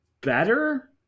better